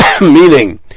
meaning